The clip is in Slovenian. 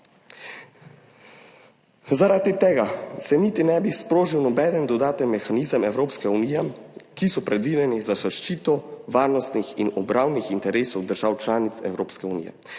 Zaradi tega se niti ne bi sprožil noben dodaten mehanizem Evropske unije, ki je predviden za zaščito varnostnih in obrambnih interesov držav članic Evropske unije.